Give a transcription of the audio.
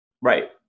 right